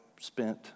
spent